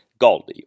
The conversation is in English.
GALDI